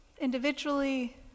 individually